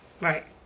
Right